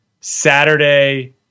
saturday